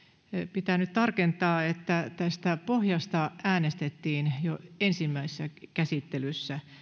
pitää nyt tarkentaa että tästä pohjasta äänestettiin jo ensimmäisessä käsittelyssä